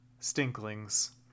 Stinklings